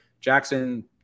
Jackson